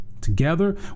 Together